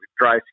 dry